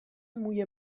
موی